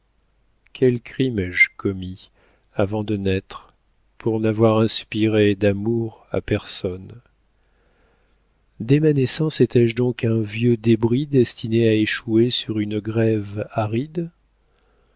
quel crime ai-je commis avant de naître pour n'avoir inspiré d'amour à personne dès ma naissance étais-je donc un vieux débris destiné à échouer sur une grève aride